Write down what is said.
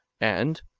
and,